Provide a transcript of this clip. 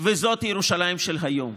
וזאת ירושלים של היום.